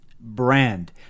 brand